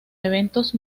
eventos